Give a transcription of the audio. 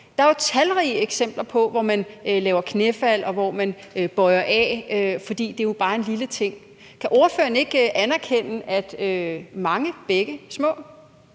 Der er talrige eksempler på, at man laver knæfald, og at man bøjer af, fordi det jo bare er en lille ting. Kan ordføreren ikke anerkende, at mange bække små